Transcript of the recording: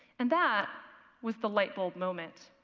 and that was the light bulb moment.